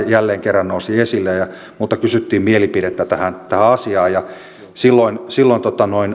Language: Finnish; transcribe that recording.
jälleen kerran nousi esille ja minulta kysyttiin mielipidettä tähän tähän asiaan ja silloin silloin